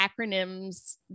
acronyms